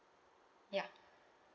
ya